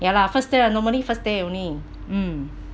ya lah first day uh normally first day only mm